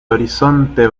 horizonte